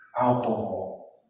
alcohol